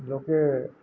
ଯେଉଁକି